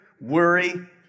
worry